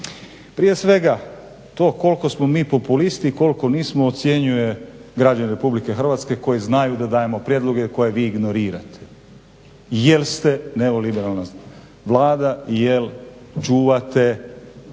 Prije svega, to koliko smo mi populisti, koliko nismo ocjenjuje građani Republike Hrvatske koji znaju da dajemo prijedloge koje vi ignorirate jer ste neoliberalna Vlada i jer čuvate leđa